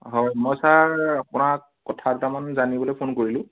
হয় মই ছাৰ আপোনাক কথা দুটামান জানিবলৈ ফোন কৰিলোঁ